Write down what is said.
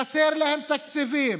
חסרים להן תקציבים,